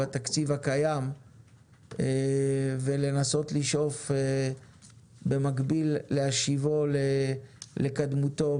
בתקציב הקיים ולנסות לשאוף במקביל להשיבו לקדמותו.